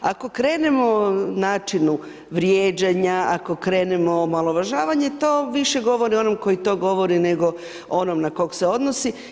Ako krenemo načinu vrijeđanja, ako krenemo omalovažavanje to više govori o onom koji to govori nego o onom na kog se odnosi.